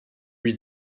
lui